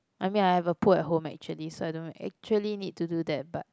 I mean I have a pool at home actually so I don't actually need to do that but